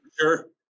Sure